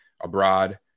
abroad